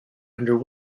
under